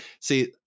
see